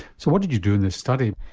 so what did you do in this study?